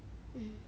mm